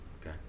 okay